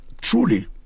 truly